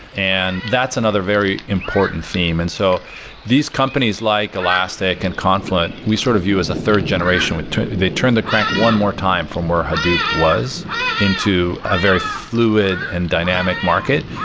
and that's another very important theme. and so these companies, like elastic, and confluent, we sort of view as the third generation. they turned the crank one more time from where hadoop was into a very fluid and dynamic market.